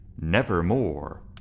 Nevermore